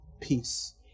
peace